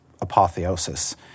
apotheosis